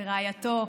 ורעייתו,